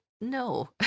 no